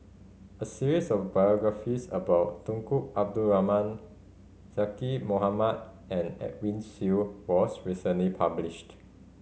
a series of biographies about Tunku Abdul Rahman Zaqy Mohamad and Edwin Siew was recently published